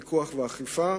פיקוח ואכיפה,